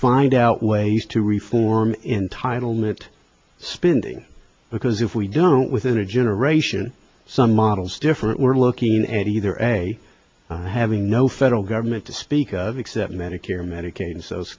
find out ways to reform entitlement spending because if we don't within a generation some models different we're looking at either a having no federal government to speak of except medicare medicaid social